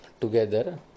together